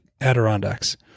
Adirondacks